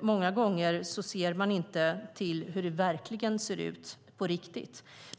Många gånger ser man inte till hur det verkligen ser ut, på riktigt.